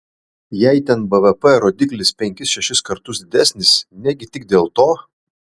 jei ten bvp rodiklis penkis šešis kartus didesnis negi tik dėl to